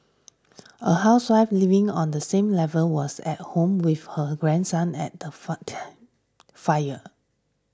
a housewife living on the same level was at home with her grandson at the fire